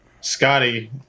Scotty